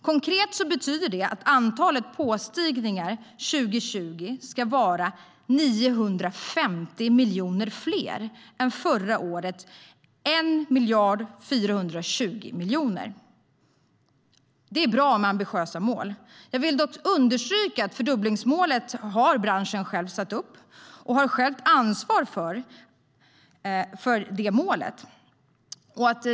Konkret betyder det att antalet påstigningar 2020 ska vara 950 miljoner fler än förra året, alltså 1 420 000 000. Det är bra med ambitiösa mål. Jag vill dock understryka att branschen själv har satt upp fördubblingsmålet, och branschen har själv ansvar för det målet.